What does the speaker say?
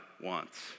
wants